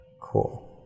Cool